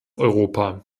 europa